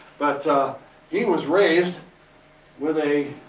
but he was raised with a,